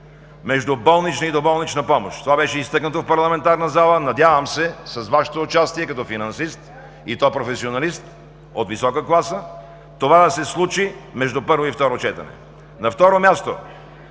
между болнична и доболнична помощ. Това беше изтъкнато в парламентарната зала. Надявам се с Вашето участие като финансист и то професионалист от висока класа, това да се случи между първо и второ четене. На второ място